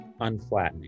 unflattening